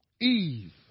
Eve